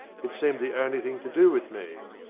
it seemed the only thing to do with me.